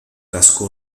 casco